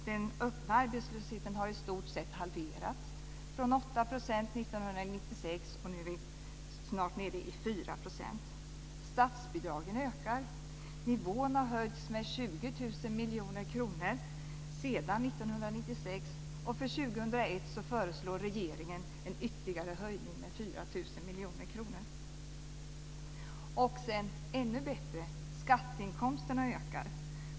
Den öppna arbetslösheten har i stort sett halverats från 8 % 1996, och nu är vi snart nere i 4 %. Statsbidragen ökar. Nivån har höjts med 20 000 miljoner kronor sedan 1996, och för 2001 föreslår regeringen en ytterligare höjning med 4 000 miljoner kronor. Ännu bättre är det att skatteinkomsterna ökar.